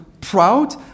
proud